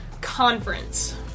conference